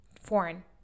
foreign